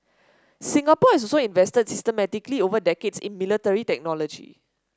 Singapore has also invested systematically over decades in military technology